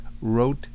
wrote